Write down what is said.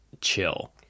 chill